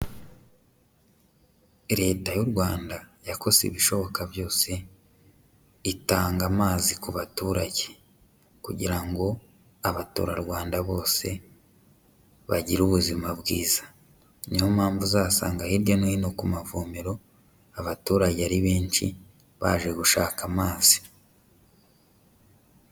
Leta y'u Rwanda yakoze ibishoboka byose itanga amazi ku baturage, kugira ngo abaturarwanda bose bagire ubuzima bwiza. Ni yo mpamvu uzasanga hirya no hino ku mavomero abaturage ari benshi, baje gushaka amazi.